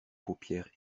paupières